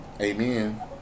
Amen